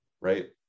right